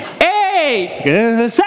eight